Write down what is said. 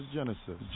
Genesis